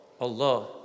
Allah